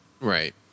Right